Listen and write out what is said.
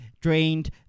drained